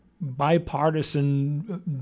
Bipartisan